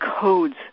codes